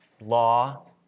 law